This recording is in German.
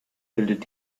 bildet